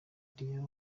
diarra